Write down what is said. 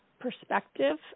perspective